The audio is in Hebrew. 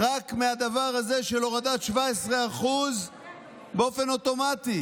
רק מהדבר הזה של הורדת 17% באופן אוטומטי